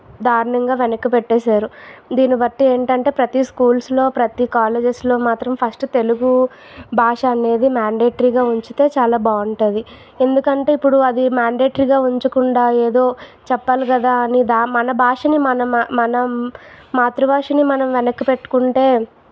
దారుణంగా వెనక్కి పెట్టేశారు దీన్ని బట్టి ఏమిటంటే ప్రతి స్కూల్స్లో ప్రతి కాలేజస్లో మాత్రం ఫస్ట్ తెలుగు భాష అనేది మాండెటరీగా ఉంచితే చాల బాగుంటుంది ఎందుకంటే ఇప్పుడు అవి మాండెటరీగా ఉంచకుండా ఏదో చెప్పాలి కదా అని మన భాషని మన మాతృభాషని మనం వెనక్కి పెట్టుకుంటే